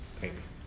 Thanks